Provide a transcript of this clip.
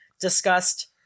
discussed